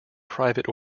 private